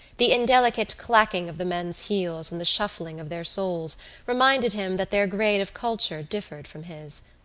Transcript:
the indelicate clacking of the men's heels and the shuffling of their soles reminded him that their grade of culture differed from his.